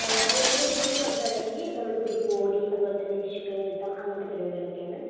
അതുപോലെതന്നെ വിഷു എന്ന് പറഞ്ഞിട്ടുണ്ടെങ്കിൽ നമ്മള് പുതിയ കോടി അതുപോലെതന്നെ വിഷുക്കൈനീട്ടം അങ്ങനത്തെ പരുപാടികളൊക്കെയാണ്